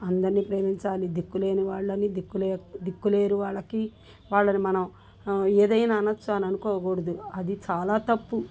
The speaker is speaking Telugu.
అందరిని ప్రేమించాలి దిక్కులేని వాళ్ళని దిక్కులే దిక్కులేరు వాళ్ళకి వాళ్ళని మనం ఏదైనా అనొచ్చు అని అనుకోకూడదు అది చాలా తప్పు